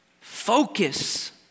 Focus